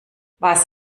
was